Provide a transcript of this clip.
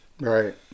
Right